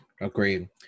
Agreed